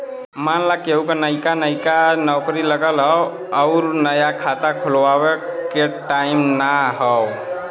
मान ला केहू क नइका नइका नौकरी लगल हौ अउर नया खाता खुल्वावे के टाइम नाही हौ